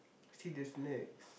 see the snacks